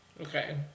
Okay